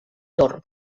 tor